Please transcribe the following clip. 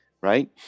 right